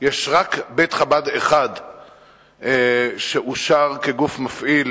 יש רק בית-חב"ד אחד שאושר כגוף מפעיל